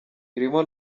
birimo